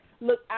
look